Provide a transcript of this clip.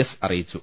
S അറിയിച്ചു